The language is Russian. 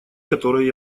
которые